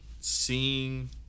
seeing